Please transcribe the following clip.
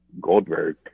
Goldberg